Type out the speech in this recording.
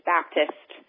Baptist